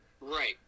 Right